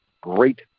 great